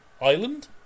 island